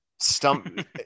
Stump